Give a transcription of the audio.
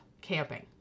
camping